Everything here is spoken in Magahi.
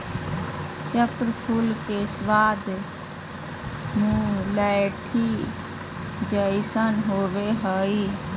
चक्र फूल के स्वाद मुलैठी जइसन होबा हइ